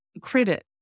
credit